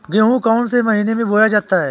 गेहूँ कौन से महीने में बोया जाता है?